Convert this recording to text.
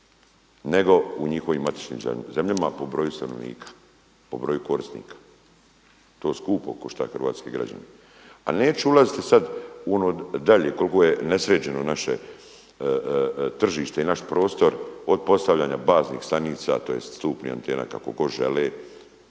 nego u njegovim matičnim zemljama po borju stanovnika, po broju korisnika. To skupa košta hrvatske građane. A neću ulaziti sada u ono dalje koliko je nesređeno naše tržište i naš prostor od postavljanja baznih stanica tj. stupnih antena kako god žele,